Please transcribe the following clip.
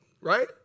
right